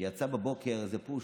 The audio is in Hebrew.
יצא בבוקר איזה פוש: